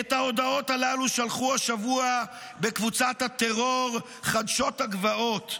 את ההודעות הללו שלחו השבוע בקבוצת הטרור חדשות הגבעות,